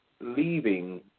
leaving